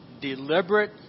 deliberate